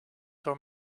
door